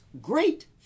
great